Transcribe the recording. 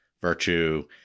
virtue